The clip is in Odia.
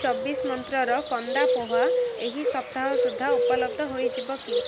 ଚବିଶ ମନ୍ତ୍ରର କନ୍ଦା ପୋହା ଏହି ସପ୍ତାହ ସୁଦ୍ଧା ଉପଲବ୍ଧ ହୋଇଯିବ କି